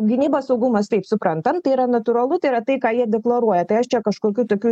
gynyba saugumas taip suprantam tai yra natūralu tai yra tai ką jie deklaruoja tai aš čia kažkokių tokių